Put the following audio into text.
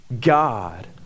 God